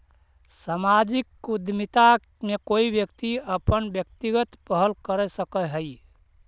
सामाजिक उद्यमिता में कोई व्यक्ति अपन व्यक्तिगत पहल कर सकऽ हई